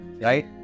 right